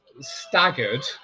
staggered